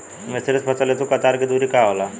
मिश्रित फसल हेतु कतार के दूरी का होला?